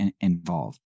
involved